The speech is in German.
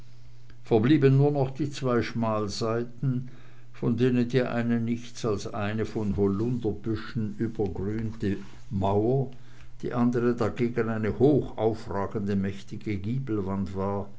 verblieben nur noch die zwei schmalseiten von denen die eine nichts als eine von holunderbüschen übergrünte mauer die andere dagegen eine hochaufragende mächtige giebelwand war